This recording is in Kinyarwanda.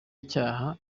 icyaha